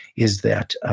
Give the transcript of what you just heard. is that